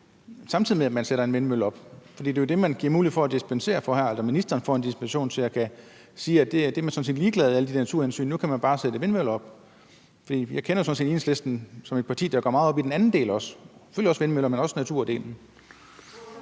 samtidig med at man sætter en vindmølle op? For det er jo det, man giver mulighed for at dispensere fra her, eller ministeren får en dispensationsmulighed for at sige, at det med alle de naturhensyn er man sådan set ligeglad med og nu kan man bare sætte vindmøller op. Jeg kender sådan set Enhedslisten som et parti, der går meget op i den anden del også, selvfølgelig også vindmøller, men også naturdelen.